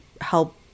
help